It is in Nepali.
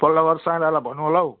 पल्लो घर साइँलालाई भनौ होला हौ